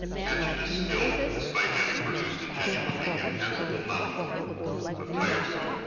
patchen is still, despite having produced a generally impassable mountain of tiresome,